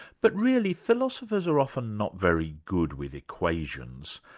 but really philosophers are often not very good with equations,